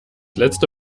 letzte